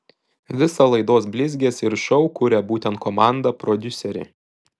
visą laidos blizgesį ir šou kuria būtent komanda prodiuseriai